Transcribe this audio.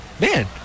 Man